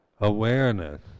awareness